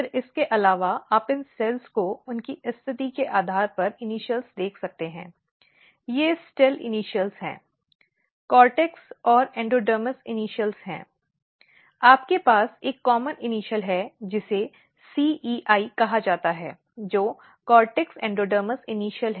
फिर इसके अलावा आप इन सेल्स को उनकी स्थिति के आधार पर इनिशॅल देख सकते हैं ये स्टेल इनिशियल हैं कॉर्टेक्स और एंडोडर्मिस इनिशियल है आपके पास एक कॉमन इनिशियल है जिसे C E I कहा जाता है जो कॉर्टेक्स एंडोडर्मिस इनिशियल है